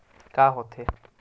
का होथे?